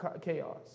chaos